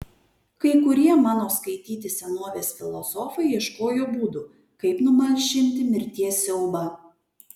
kai kurie mano skaityti senovės filosofai ieškojo būdų kaip numalšinti mirties siaubą